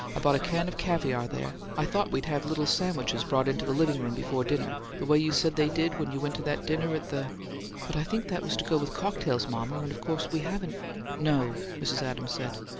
i bought a can of caviar there. i thought we'd have little sandwiches brought into the living-room before dinner, the way you said they did when you went to that dinner at the but i think that was to go with cocktails, mama, and of course we haven't no, mrs. adams said.